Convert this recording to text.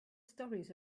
stories